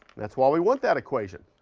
that's why we want that equation.